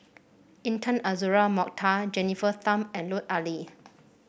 Intan Azura Mokhtar Jennifer Tham and Lut Ali